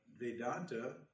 Vedanta